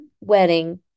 wedding